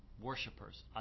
worshippers